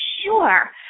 sure